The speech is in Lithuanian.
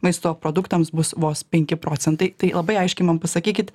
maisto produktams bus vos penki procentai tai labai aiškiai man pasakykit